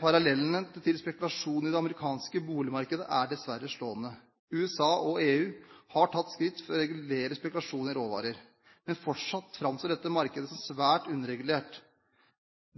Parallellene til spekulasjonen i det amerikanske boligmarkedet er dessverre slående. USA og EU har tatt skritt for å regulere spekulasjon i råvarer, men fortsatt framstår dette markedet som svært underregulert.